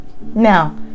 Now